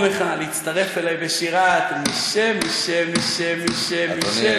לך להצטרף אלי בשירת "מִשֶּ- מש- מש-" אדוני,